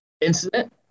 incident